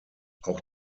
auch